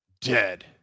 Dead